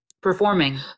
Performing